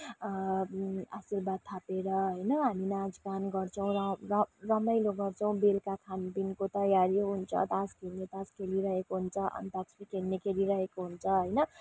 आशीर्वाद थापेर होइन हामी नाच गान गर्छौँ र रमाइलो गर्छौँ बेलुका खानपिनको तयारी हुन्छ तास खेल्ने खेलिरहेको हुन्छ अन्ताक्षरी खेल्ने खेलिरहेको हुन्छ होइन